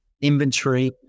inventory